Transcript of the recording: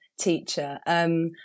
teacher